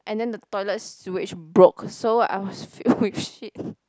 and then the toilet sewage broke so I was filled with shit